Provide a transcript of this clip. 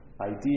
idea